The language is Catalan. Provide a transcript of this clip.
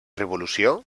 revolució